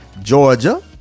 Georgia